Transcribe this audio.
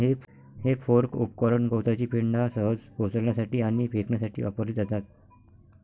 हे फोर्क उपकरण गवताची पेंढा सहज उचलण्यासाठी आणि फेकण्यासाठी वापरली जातात